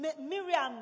Miriam